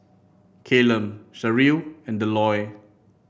Callum Sherrill and Delois